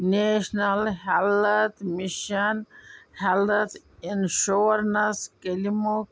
national health mission health insurance کِلمو